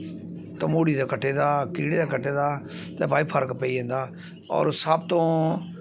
तमूह्ड़ी दा कट्टे दा कीड़े दा कट्टे दा ते भाई फर्क पेई जंदा होर सबतों